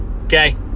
okay